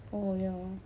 oh ya